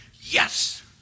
yes